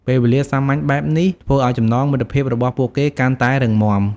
ពេលវេលាសាមញ្ញបែបនេះធ្វើឲ្យចំណងមិត្តភាពរបស់ពួកគេកាន់តែរឹងមាំ។